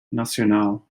nacional